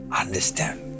understand